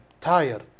tired